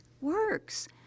works